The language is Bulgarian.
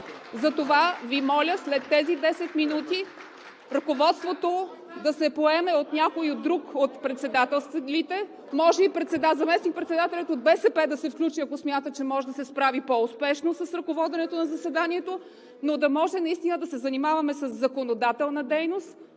Затова Ви моля, след тези 10 минути, ръководството да се поеме от някой друг от заместник-председателите, може и заместник-председателят от БСП да се включи, ако смята, че може да се справи по-успешно с ръководенето на заседанието, но да може наистина да се занимаваме със законодателна дейност,